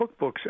cookbooks